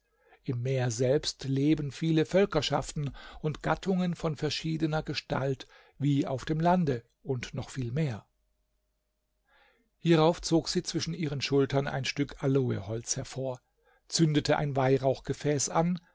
im meer selbst leben viele völkerschaften und gattungen von verschiedener gestalt wie auf dem lande und noch viel mehr hierauf zog sie zwischen ihren schultern ein stück aloeholz hervor zündete ein weihrauchgefäß an